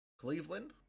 Cleveland